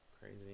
crazy